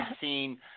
seen